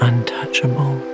Untouchable